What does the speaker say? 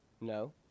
No